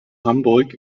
hamburg